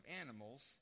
animals